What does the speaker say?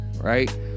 right